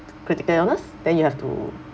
critical illness then you have to